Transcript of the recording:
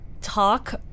talk